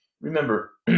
remember